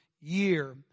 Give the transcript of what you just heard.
year